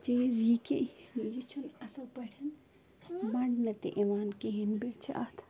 چیٖز یہِ کہِ یہِ چھُنہٕ اَصٕل پٲٹھۍ مانٛڈنہٕ تہِ یِوان کِہیٖنۍ بیٚیہِ چھِ اَتھ